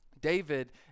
David